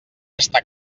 estar